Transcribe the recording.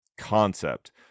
concept